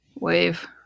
Wave